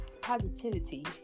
positivity